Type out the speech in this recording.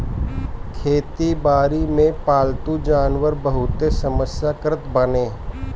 खेती बारी में पालतू जानवर बहुते सहायता करत बाने